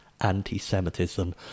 anti-Semitism